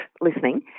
listening